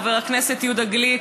חבר הכנסת יהודה גליק,